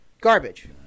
Garbage